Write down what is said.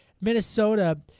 Minnesota